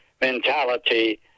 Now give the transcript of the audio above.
mentality